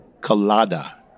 Colada